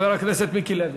חבר הכנסת מיקי לוי.